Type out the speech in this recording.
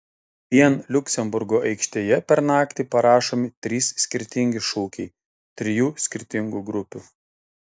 vien liuksemburgo aikštėje per naktį parašomi trys skirtingi šūkiai trijų skirtingų grupių